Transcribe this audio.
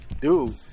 Dude